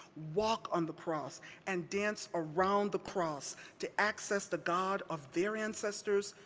walk on the cross and dance around the cross to access the god of their ancestors,